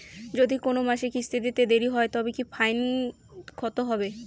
যদি কোন মাসে কিস্তি দিতে দেরি হয় তবে কি ফাইন কতহবে?